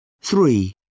Three